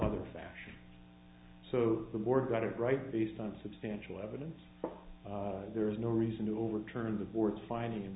other fashion so the board got it right based on substantial evidence there is no reason to overturn the board's finding